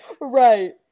Right